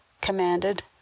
commanded